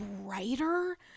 brighter